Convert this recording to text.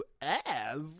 ass